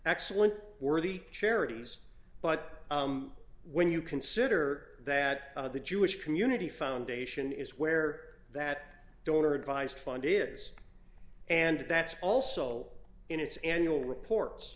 excellent worthy charities but when you consider that the jewish community foundation is where that donor advised fund is and that's also in its annual reports